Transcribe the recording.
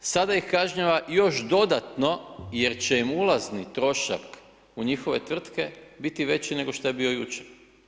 Sada ih kažnjava još dodatno jer će im ulazni trošak u njihove tvrtke biti veći nego što je bio jučer.